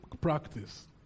practice